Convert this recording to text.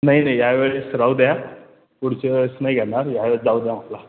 नाही नाही यावेळेस राहू द्या पुढच्या वेळेस नाही घेणार ह्यावेळेस जाऊ द्या मला